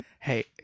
Hey